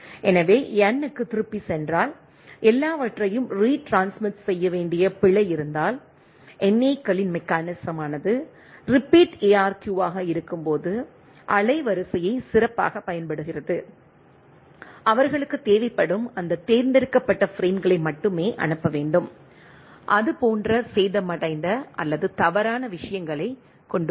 எனவே N க்குத் திரும்பிச் சென்றால் எல்லாவற்றையும் ரீட்ரான்ஸ்மிட்செய்ய வேண்டிய பிழை இருந்தால் NAK களின் மெக்கானிசமானது ரீபிட் ARQ ஆக இருக்கும்போது அலைவரிசையை சிறப்பாகப் பயன்படுத்துகிறது அவர்களுக்குத் தேவைப்படும் அந்த தேர்ந்தெடுக்கப்பட்ட பிரேம்களை மட்டுமே அனுப்ப வேண்டும் அது போன்ற சேதமடைந்த அல்லது தவறான விஷயங்களை கொண்டுள்ளது